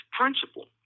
principle